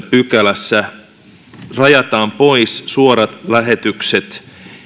pykälässä rajataan pois suorat lähetykset